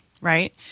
right